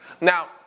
Now